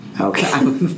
Okay